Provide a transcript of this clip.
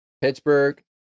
Pittsburgh